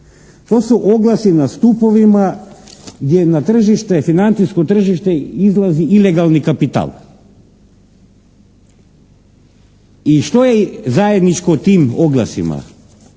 To su oglasi na stupovima gdje na tržište, financijsko tržište izlazi ilegalni kapital. I što je zajedničko tim oglasima?